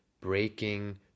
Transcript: breaking